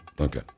Okay